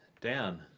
Dan